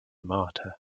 martyr